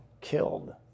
killed